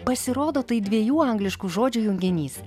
pasirodo tai dviejų angliškų žodžių junginys